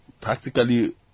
practically